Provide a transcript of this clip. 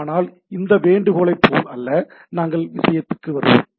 ஆனால் இந்த வேண்டுகோளைப் போல அல்ல நாங்கள் விஷயத்திற்குச் செல்வோம்